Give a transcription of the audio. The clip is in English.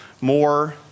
more